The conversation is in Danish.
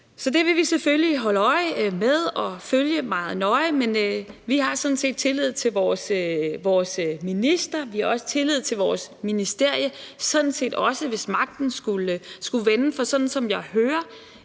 Det vil vi selvfølgelig holde øje med og følge meget nøje, men vi har sådan set tillid til vores minister, og vi har også tillid til vores ministerium – sådan set også, hvis magten skulle vende, for sådan som jeg hører